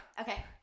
Okay